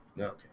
Okay